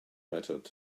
method